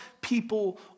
people